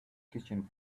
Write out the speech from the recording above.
kitchen